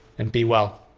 and be well.